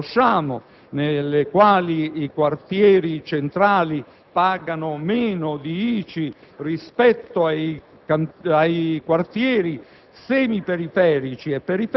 che oggi tutti conosciamo, in base alle quali i quartieri centrali pagano meno ICI rispetto a quartieri